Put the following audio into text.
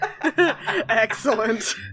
Excellent